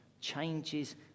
changes